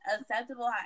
acceptable